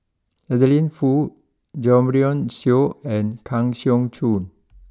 Adeline Foo Jo Marion Seow and Kang Siong Joo